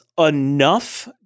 enough